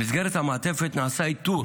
במסגרת המעטפת נעשה איתור